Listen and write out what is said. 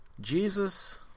Jesus